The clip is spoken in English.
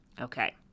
Okay